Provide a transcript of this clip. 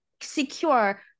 secure